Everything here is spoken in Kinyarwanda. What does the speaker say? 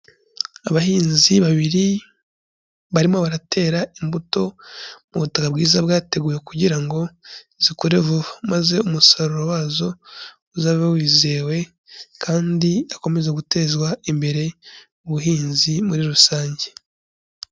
Abahinzi babiri barimo baratera imbuto mu butaka bwiza bwateguwe kugira ngo zikure vuba, maze umusaruro wazo uzabe wizewe kandi hakomeze gutezwa imbere ubuhinzi muri rusange.